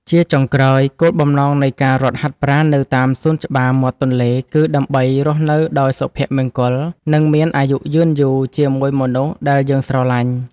ជាចុងក្រោយ គោលបំណងនៃការរត់ហាត់ប្រាណនៅតាមសួនច្បារមាត់ទន្លេគឺដើម្បីរស់នៅដោយមានសុភមង្គល និងមានអាយុយឺនយូរជាមួយមនុស្សដែលយើងស្រឡាញ់។